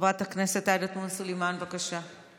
חברת הכנסת עאידה תומא סלימאן, בבקשה.